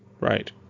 Right